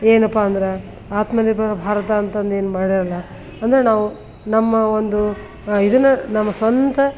ಏನಪ್ಪ ಅಂದ್ರೆ ಆತ್ಮ ನಿರ್ಭರ ಭಾರತ ಅಂತಂದು ಏನು ಮಾಡಿಯಾರಲ್ಲ ಅಂದರೆ ನಾವು ನಮ್ಮ ಒಂದು ಇದನ್ನು ನಮ್ಮ ಸ್ವಂತ